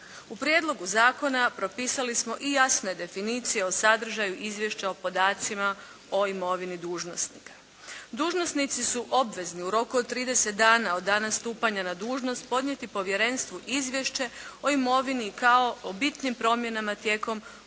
U prijedlogu zakona propisali smo i jasne definicije o sadržaju izvješća o podacima o imovini dužnosnika. Dužnosnici su obvezni u roku od 30 dana od dana stupanja na dužnost podnijeti povjerenstvu izvješće o imovini kao o bitnim promjenama tijekom obavljanja